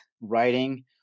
writing